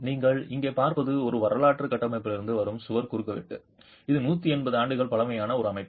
நீங்கள் இங்கே பார்ப்பது ஒரு வரலாற்று கட்டமைப்பிலிருந்து வரும் சுவர் குறுக்குவெட்டு இது 180 ஆண்டுகள் பழமையான ஒரு அமைப்பு